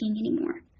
anymore